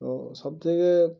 তো সবথেকে